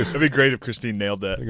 ah so be great if christie nailed that.